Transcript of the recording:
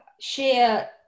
share